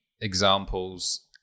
examples